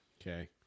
Okay